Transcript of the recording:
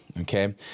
okay